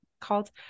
called